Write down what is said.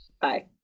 Bye